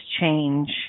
change